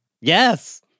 Yes